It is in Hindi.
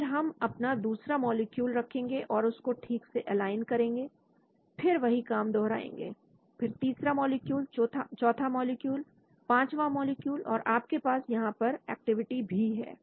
फिर हम अपना दूसरा मॉलिक्यूल रखेंगे उसको ठीक से एलाइन करेंगे फिर हम वही काम दोबारा दोहराएंगे फिर तीसरा मॉलिक्यूल चौथा मॉलिक्यूल पांचवा मॉलिक्यूल और आपके पास यहां पर एक्टिविटी भी है